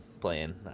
playing